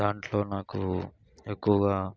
దాంట్లో నాకు ఎక్కువగా